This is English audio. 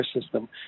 system